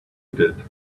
did